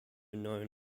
known